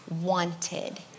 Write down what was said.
wanted